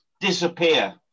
disappear